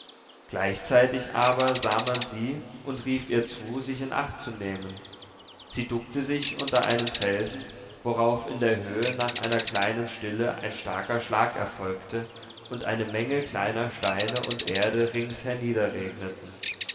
gleichzeitig aber sah man sie und rief ihr zu sich in acht zu nehmen sie duckte sich unter einen felsen worauf in der höhe nach einer kleinen stille ein starker schlag erfolgte und eine menge kleiner steine und erde rings